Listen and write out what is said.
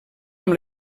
amb